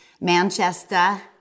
Manchester